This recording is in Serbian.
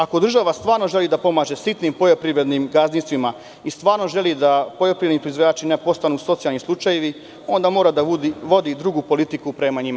Ako država stvarno želi da pomaže sitnim poljoprivrednim gazdinstvima i stvarno želi da poljoprivredni proizvođači ne postanu socijalni slučajevi, onda mora da vodi drugu politiku prema njima.